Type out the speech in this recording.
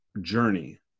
journey